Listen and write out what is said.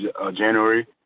January